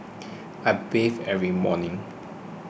I bathe every morning